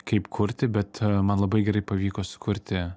kaip kurti bet man labai gerai pavyko sukurti